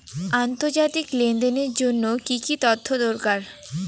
আন্তর্জাতিক লেনদেনের জন্য কি কি তথ্য দরকার?